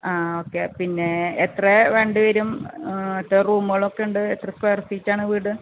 ആ ഓക്കെ പിന്നെ എത്ര വേണ്ടി വരും എത്ര റൂമുകളൊക്കെ ഉണ്ട് എത്ര സ്ക്വയർ ഫീറ്റാണ് വീട്